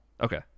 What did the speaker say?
Okay